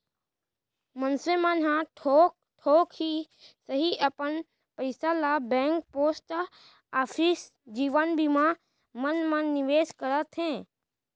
मनसे मन ह थोक थोक ही सही अपन पइसा ल बेंक, पोस्ट ऑफिस, जीवन बीमा मन म निवेस करत हे